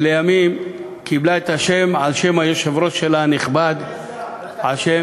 שלימים קיבלה שם על-שם היושב-ראש הנכבד, על-שם